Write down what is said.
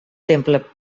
temple